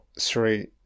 three